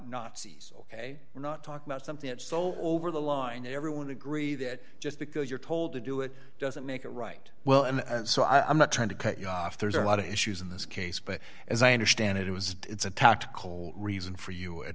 nazis ok we're not talking about something that's so over the line that everyone agree that just because you're told to do it doesn't make it right well and so i'm not trying to cut you off there's a lot of issues in this case but as i understand it it was it's a tactical reason for you a